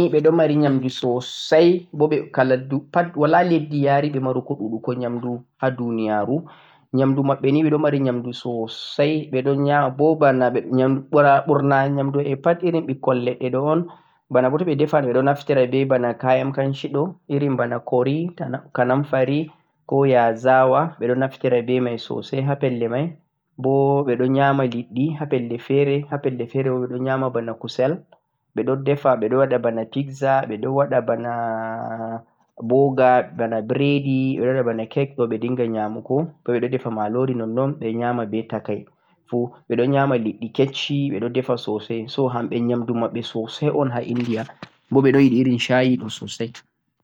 India ni ɓe mari nyamdu sosai wala leddi ya'riɓe ɗu'ɗugo nyamdu ha duniyaru, nyamdu maɓɓe ni ɓe ɗo mari nyamdu sosai, ɓurna nyamdu maɓɓe pat irin ɓikkoi leɗɗe ɗo un, bana bo toɓe defan ɓe ɗon naftira be bana kayan kamshi ɗo irin bana curry, kanamfari, ko ya'zawa, ɓe ɗon naftira be mai sosai ha pelle mai bo ɓe ɗo nyama liɗɗi ha pelle fe're, ha pelle fe're bo ɓe ɗo nyama bana kusel, ɓe ɗo defa, ɓe ɗo waɗa bana pizza, ɓe ɗo waɗa bana bugger, bana breadi, ɓe ɗo waɗa bana cake ɗo ɓe dinga nyamugo, bo ɓe ɗo defa malori nonnan ɓe dinga nyamugo ɓe nyama be takai fu, ɓe ɗo nyama liɗɗi kecci ɓe ɗo defa sosai. So hamɓe nyamdu maɓɓe sosai un ha India, bo ɓe ɗon yiɗi irin shayi ɗo sosai.